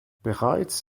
bereits